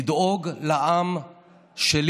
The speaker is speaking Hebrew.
לדאוג לעם שלי,